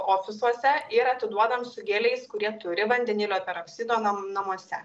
ofisuose ir atiduodam su geliais kurie turi vandenilio peroksido nam namuose